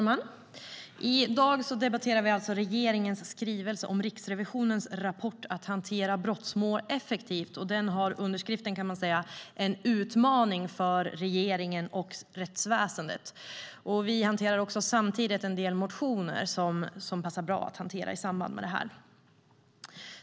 Herr talman! I dag debatterar vi alltså regeringens skrivelse om Riksrevisionens rapport Att hantera brottmål effektivt . Den har undertiteln, kan man säga, En utmaning för regeringen och rättsväsendet . Samtidigt hanterar vi också en del motioner som passar bra i detta sammanhang.